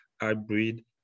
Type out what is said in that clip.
hybrid